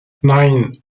nine